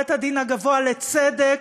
בית-הדין הגבוה לצדק,